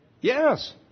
Yes